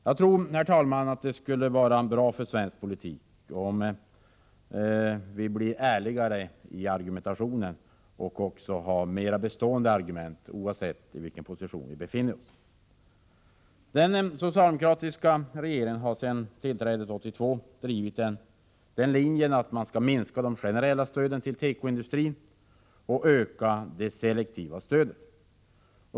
Det skulle onekligen vara bra för svensk politik om vi alla använder mer ärliga och bestående argument, oavsett i vilken position vi befinner oss. Den socialdemokratiska regeringen har sedan sitt tillträde 1982 drivit linjen att minska de generella stöden till tekoindustrin och öka det selektiva stödet.